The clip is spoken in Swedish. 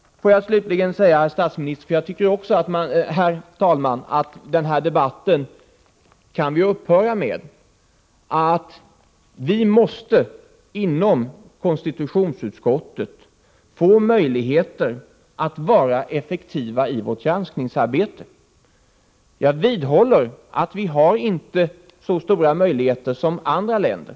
Får jag slutligen säga, herr talman, att också jag tycker att vi kan upphöra med den här debatten. Vi måste inom konstitutionsutskottet få möjligheter att vara effektiva i vårt granskningsarbete. Jag vidhåller att vi inte har så stora möjligheter som andra länder.